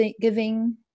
giving